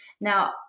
Now